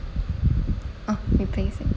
oh replacing